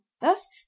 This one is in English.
thus